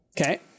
Okay